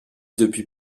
depuis